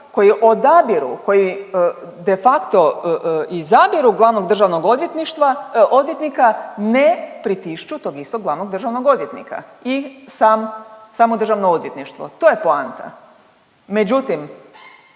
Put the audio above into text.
koji odabiru, koji de facto izabiru glavnog državnog odvjetništva, odvjetnika, ne pritišću tog istog glavnog državnog odvjetnika i sam, samo državno odvjetništvo. To je poanta.